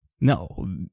No